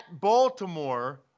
Baltimore